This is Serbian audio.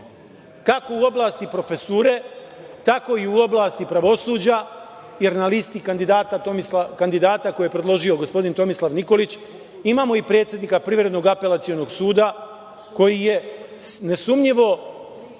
kako u oblasti profesure, tako i u oblasti pravosuđa, jer na listi kandidata, koje je predložio gospodin Tomislav Nikolić, imamo i predsednika Privrednog apelacionog suda koji je nesumnjivo